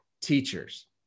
teachers